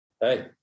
Hey